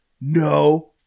no